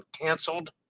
Canceled